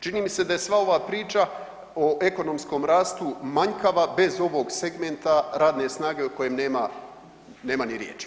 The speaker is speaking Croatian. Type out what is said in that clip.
Čini mi se da je sva ova priča o ekonomskom rastu manjkava bez ovog segmenta radne snage o kojem nema ni riječi.